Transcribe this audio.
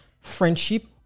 friendship